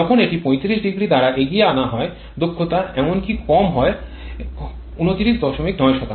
যখন এটি ৩৫0 দ্বারা এগিয়ে আনা হয় দক্ষতা এমনকি কম হয় ২৩৯